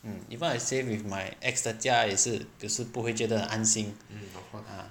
mm even if I stay at my ex 的家也是有时不会觉得安心 ah